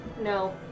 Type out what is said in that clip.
No